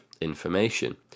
information